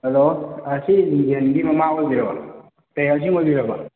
hello ꯑꯁꯤ ꯔꯤꯒꯦꯟꯒꯤ ꯃꯃꯥ ꯑꯣꯏꯕꯤꯔꯕ꯭ꯔꯥ ꯄꯦꯌꯔꯁꯤꯡ ꯑꯣꯏꯕꯤꯔꯕ꯭ꯔꯥ